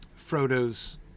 Frodo's